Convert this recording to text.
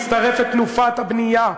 מצטרפת תנופת הבנייה.